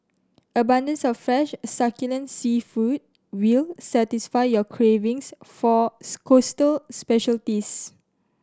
abundance of fresh succulent seafood will satisfy your cravings for coastal specialities